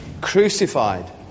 crucified